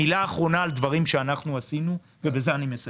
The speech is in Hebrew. מילה אחרונה על דברים שעשינו, ובזה אני מסיים.